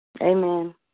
Amen